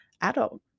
adult